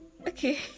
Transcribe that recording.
okay